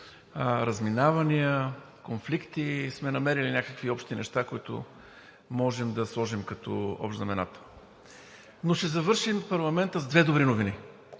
разминавания, конфликти, сме намерили някакви общи неща, които можем да сложим като общ знаменател. Но ще завършим парламента с две добри новини,